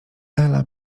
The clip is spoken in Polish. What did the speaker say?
ela